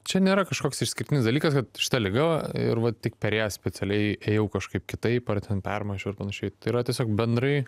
čia nėra kažkoks išskirtinis dalykas kad šita liga ir va tik per ją specialiai ėjau kažkaip kitaip ar ten permąsčiau ir panašiai tai yra tiesiog bendrai